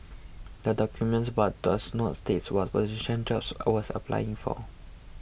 the document but does not state what position Jobs was applying for